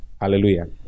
Hallelujah